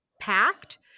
packed